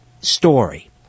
story